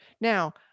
Now